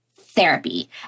therapy